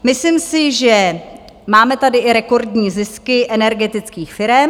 Myslím si, že máme tady i rekordní zisky energetických firem.